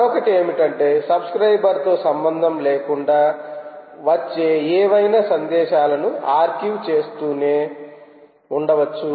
మరొకటి ఏమిటంటే సబ్స్క్రయిబర్ తో సంబంధం లేకుండా వచ్చే ఏవైనా సందేశాలను ఆర్కైవ్ చేస్తూనే ఉండవచ్చు